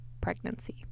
pregnancy